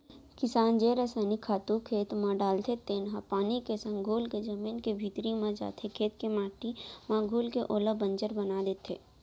किसान जेन रसइनिक खातू खेत म डालथे तेन ह पानी के संग घुलके जमीन के भीतरी म जाथे, खेत के माटी म घुलके ओला बंजर बना देथे